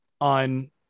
on